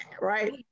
right